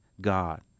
God